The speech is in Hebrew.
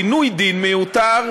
עינוי דין מיותר,